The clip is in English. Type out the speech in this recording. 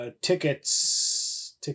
tickets